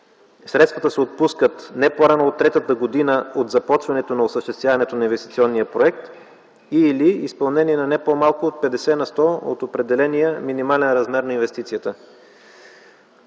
Средствата се отпускат не по-рано от третата година от започването на осъществяването на инвестиционния проект и/или изпълнение на не по-малко от 50 на сто от определения минимален размер на инвестицията